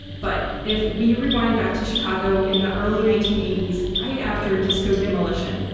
but if we rewind back to chicago in the early nineteen eighty s right after disco demolition,